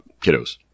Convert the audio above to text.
kiddos